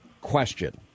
question